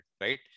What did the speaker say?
right